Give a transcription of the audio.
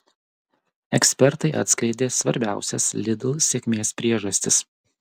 ekspertai atskleidė svarbiausias lidl sėkmės priežastis